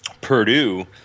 Purdue